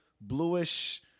bluish